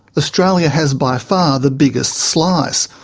australia has by far the biggest slice,